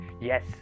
yes